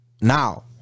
now